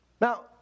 Now